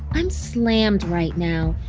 i'm slammed right now.